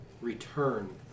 return